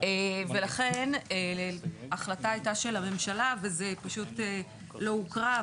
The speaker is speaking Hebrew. ולכן החלטה הייתה של הממשלה וזה פשוט לא הוקרא.